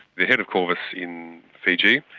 the head of qorvis in fiji,